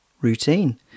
routine